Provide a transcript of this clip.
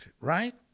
right